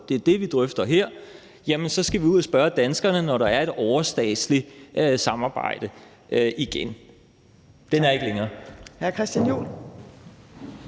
og det er det, vi drøfter her – skal vi ud og spørger danskerne igen, når det er et overstatsligt samarbejde. Den er ikke længere.